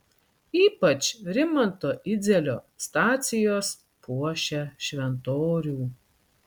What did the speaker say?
ypač rimanto idzelio stacijos puošia šventorių